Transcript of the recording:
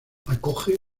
acoge